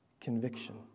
conviction